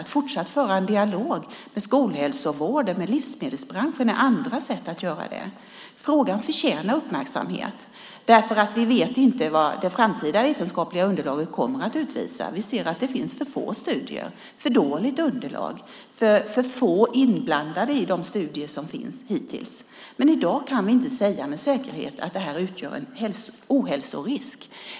Att fortsatt föra en dialog med skolhälsovården och livsmedelsbranschen är andra sätt att göra det. Frågan förtjänar uppmärksamhet. Vi vet inte vad det framtida vetenskapliga underlaget kommer att utvisa. Vi ser att det finns för få studier, för dåligt underlag och för få inblandade i de studier som hittills finns. I dag kan vi inte säga med säkerhet att detta utgör en ohälsorisk.